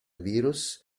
virus